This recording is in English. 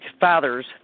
fathers